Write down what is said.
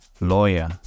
lawyer